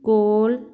ਕੋਲ